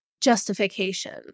justification